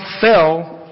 fell